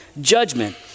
judgment